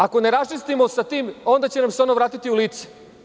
Ako ne raščistimo sa tim onda će nam se ono vratiti u lice.